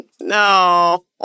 no